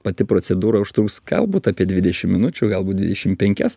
pati procedūra užtruks galbūt apie dvidešim minučių galbūt dvidešim penkias